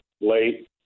late